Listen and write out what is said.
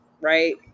right